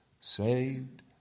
saved